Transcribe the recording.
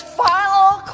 final